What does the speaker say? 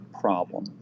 problem